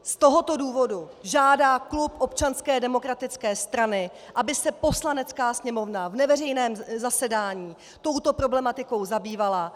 Z tohoto důvodu žádá klub Občanské demokratické strany, aby se Poslanecká sněmovna v neveřejném zasedání touto problematikou zabývala.